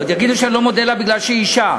עוד יגידו שאני לא מודה כי היא אישה.